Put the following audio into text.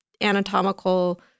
anatomical